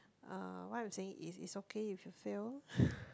uh what I'm saying is it's okay if you fail